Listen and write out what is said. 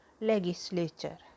legislature